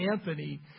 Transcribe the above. Anthony